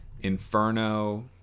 Inferno